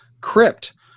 crypt